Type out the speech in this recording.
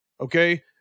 okay